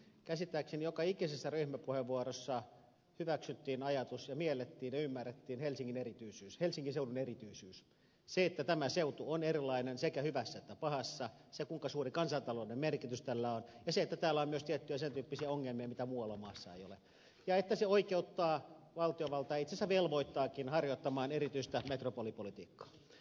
käsittääkseni joka ikisessä ryhmäpuheenvuorossa hyväksyttiin ajatus ja miellettiin ja ymmärrettiin helsingin erityisyys helsingin seudun erityisyys se että tämä seutu on erilainen sekä hyvässä että pahassa se kuinka suuri kansantaloudellinen merkitys tällä on ja se että täällä on myös tiettyjä sen tyyppisiä ongelmia mitä muualla maassa ei ole ja että se oikeuttaa valtiovaltaa itse asiassa velvoittaakin harjoittamaan erityistä metropolipolitiikkaa